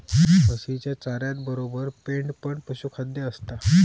म्हशीच्या चाऱ्यातबरोबर पेंड पण पशुखाद्य असता